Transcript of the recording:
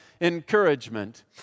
encouragement